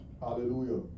Hallelujah